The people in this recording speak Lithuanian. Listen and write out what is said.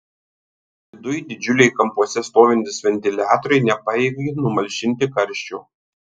viduj didžiuliai kampuose stovintys ventiliatoriai nepajėgė numalšinti karščio